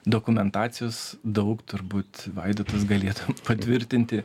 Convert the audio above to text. dokumentacijos daug turbūt vaidotas galėtų patvirtinti